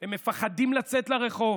הם מפחדים לצאת לרחוב,